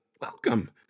Welcome